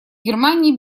германия